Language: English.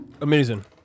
Amazing